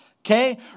Okay